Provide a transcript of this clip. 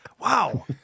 Wow